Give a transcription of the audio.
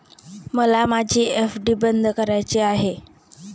मला माझी एफ.डी बंद करायची आहे